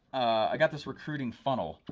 i got this recruiting funnel,